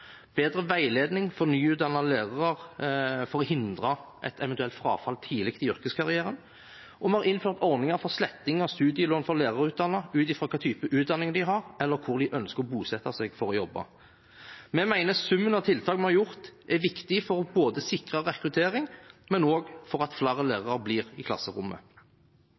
bedre veiledning for nyutdannete lærere for å hindre et eventuelt frafall tidlig i yrkeskarrieren, og vi har innført ordninger for sletting av studielån for lærerutdannete ut fra hvilken type utdanning de har, eller hvor de ønsker å bosette seg for å jobbe. Vi mener at summen av tiltak vi har gjort, er viktig både for å sikre rekruttering og for å sikre at flere lærere blir i klasserommet.